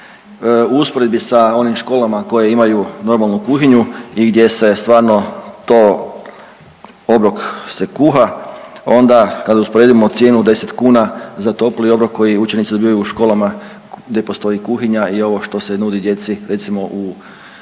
U usporedbi sa onim školama koje imaju normalnu kuhinju i gdje se stvarno to, obrok se kuha, onda kad usporedimo cijenu od 10 kuna za topli obrok koji učenici dobivaju u školama gdje postoji kuhinja i ovo što se nudi djeci recimo u